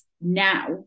now